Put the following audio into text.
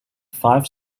five